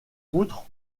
poutre